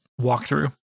walkthrough